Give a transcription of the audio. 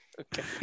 Okay